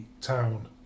town